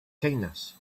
kindness